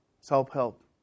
Self-help